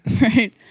right